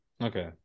okay